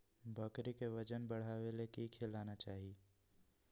बकरी के वजन बढ़ावे ले की खिलाना चाही?